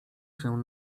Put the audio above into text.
się